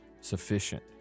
sufficient